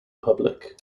public